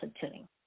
tuning